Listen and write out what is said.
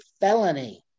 felony